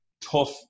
tough